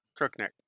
Crookneck